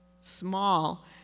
small